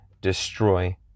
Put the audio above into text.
destroy